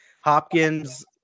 Hopkins